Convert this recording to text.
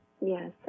Yes